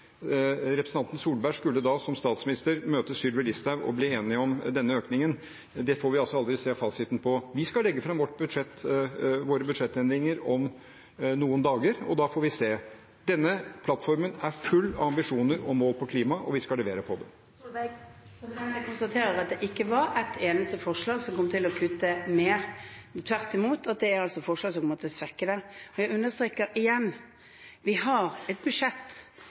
Representanten Solberg skulle da som statsminister møte Sylvi Listhaug og bli enig om denne økningen. Det får vi aldri se fasiten på. Vi skal legge fram våre budsjettendringer om noen dager, og da får vi se. Denne plattformen er full av ambisjoner og mål på klima, og vi skal levere på det. Jeg konstaterer at det ikke var et eneste forslag som fører til at en kommer til å kutte mer. Tvert imot er det altså forslag som måtte svekke det. Jeg understreker igjen: Vi har et budsjett